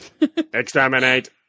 Exterminate